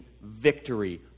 victory